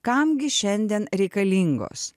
kamgi šiandien reikalingos